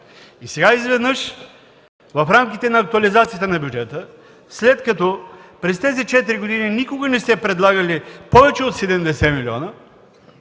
И сега изведнъж в рамките на актуализацията на бюджета, след като през тези 4 години никога не сте предлагали повече от 70 милиона